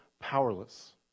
powerless